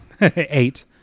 eight